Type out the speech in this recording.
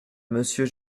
monsieur